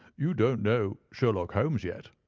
you don't know sherlock holmes yet,